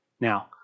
Now